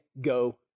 go